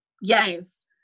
Yes